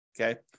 Okay